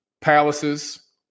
palaces